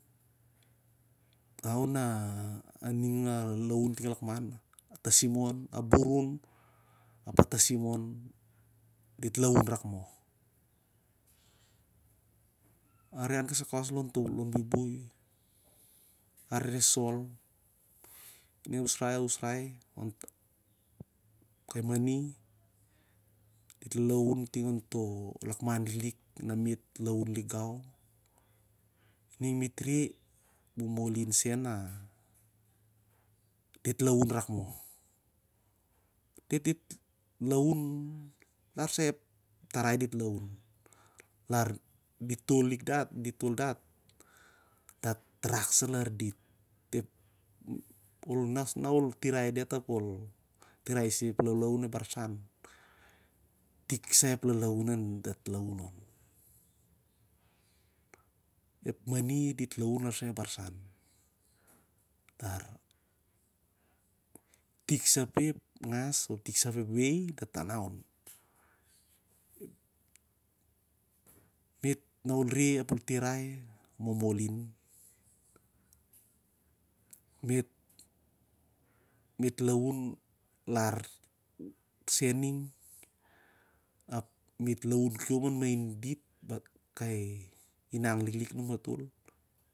Au na alaun ting lakman a burun apah tasim dit laun rak moh. Arehan kaisa kawas lon buibuk arere sol ap usrai usrai on kai mani dit lalaun ting on to lakman liklik lana lik gau. Momolin sen na dit laun rak moh. Larsa ep tarai dit laun, di tol dat, dat rak sa lar dit. Ol nos ap nol noisoi diat, ep mani dit laun larsa ep barsan, lar itik sapeh ngas op wei na dat laun on. Me't na ol re ap ol tirai, momolin, me't laun lar sen ning ap me't laun kiom main dit kai inang liklik numatol.